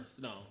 No